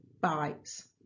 Bites